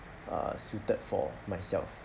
uh suited for myself